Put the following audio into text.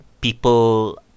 people